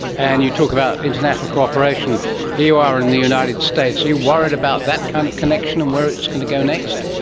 and you talk about international cooperation, here you are in the united states, are you worried about that kind of connection and where it's going to go next?